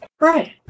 right